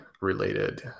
related